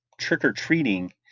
trick-or-treating